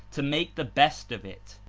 to make the best of it.